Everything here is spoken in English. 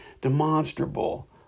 demonstrable